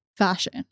Fashion